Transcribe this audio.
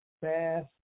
fast